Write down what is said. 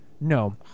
No